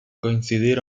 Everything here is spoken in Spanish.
coincidir